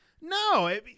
No